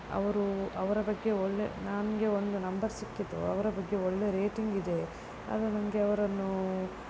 ಅವರು ಅವರ ಬಗ್ಗೆ ಒಳ್ಳೆ ನನಗೆ ಒಂದು ನಂಬರ್ ಸಿಕ್ಕಿತು ಅವರ ಬಗ್ಗೆ ಒಳ್ಳೆಯ ರೇಟಿಂಗ್ ಇದೆ ಆದರೆ ನನಗೆ ಅವರನ್ನು